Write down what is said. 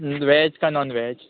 veg का non veg